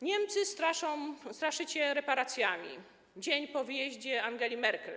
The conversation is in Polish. Niemcy straszycie reparacjami, dzień po wyjeździe Angeli Merkel.